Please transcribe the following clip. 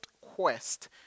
quest